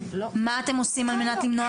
מה אתם עושים על מנת למנוע כלבת?